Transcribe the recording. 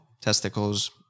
testicles